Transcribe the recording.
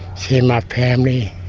see my family,